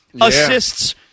assists